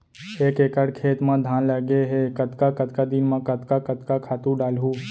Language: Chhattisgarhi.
एक एकड़ खेत म धान लगे हे कतका कतका दिन म कतका कतका खातू डालहुँ?